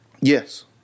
Yes